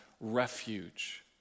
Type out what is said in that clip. refuge